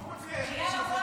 יאללה,